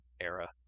era